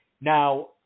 Now